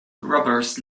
robbers